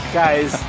guys